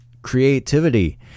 creativity